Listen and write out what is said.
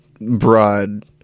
broad